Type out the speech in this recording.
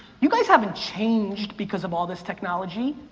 you guys haven't changed because of all this technology.